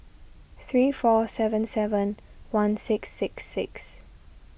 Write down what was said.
three four seven seven one six six six